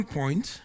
point